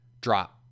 drop